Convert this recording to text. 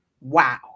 Wow